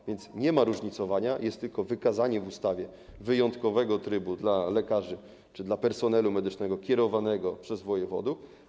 A więc nie ma różnicowania, jest tylko wykazanie w ustawie wyjątkowego trybu w przypadku lekarzy czy personelu medycznego kierowanego przez wojewodów.